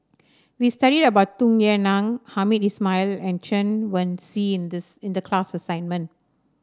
we studied about Tung Yue Nang Hamed Ismail and Chen Wen Hsi in this in the class assignment